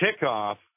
kickoff